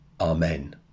Amen